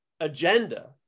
agenda